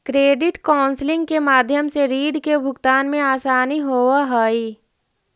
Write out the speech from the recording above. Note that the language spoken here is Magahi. क्रेडिट काउंसलिंग के माध्यम से रीड के भुगतान में असानी होवऽ हई